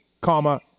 comma